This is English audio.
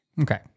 Okay